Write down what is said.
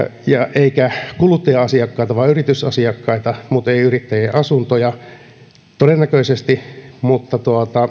eikä kuluttaja asiakkaita vaan yritysasiakkaita mutta ei yrittäjien asuntoja todennäköisesti mutta